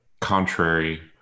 contrary